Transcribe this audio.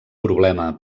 problema